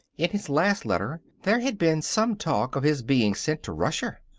in his last letter there had been some talk of his being sent to russia.